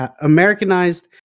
Americanized